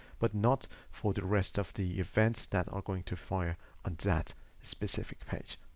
but not for the rest of the events that are going to fire on that specific page.